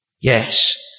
Yes